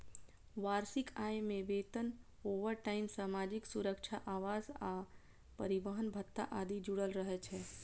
वार्षिक आय मे वेतन, ओवरटाइम, सामाजिक सुरक्षा, आवास आ परिवहन भत्ता आदि जुड़ल रहै छै